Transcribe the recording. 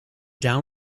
down